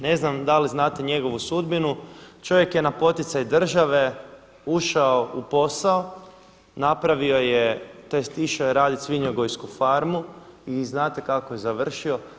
Ne znam da li znate njegovu sudbinu, čovjek je na poticaj države ušao u posao, napravio je, tj. išao je raditi svinjogojsku farmu i znate kako je završio?